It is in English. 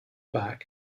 back